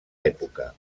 època